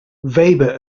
weber